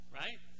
right